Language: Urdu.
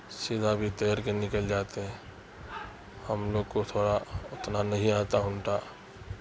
سیدھا بھی تیر کے نکل جاتے ہیں ہم لوگ کو تھوڑا اتنا نہیں آتا ہمٹا